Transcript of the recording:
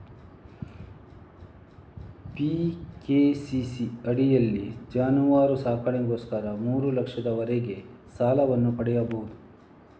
PKCC ಅಡಿಯಲ್ಲಿ ಜಾನುವಾರು ಸಾಕಣೆಗೋಸ್ಕರ ಮೂರು ಲಕ್ಷದವರೆಗೆ ಸಾಲವನ್ನು ಪಡೆಯಬಹುದು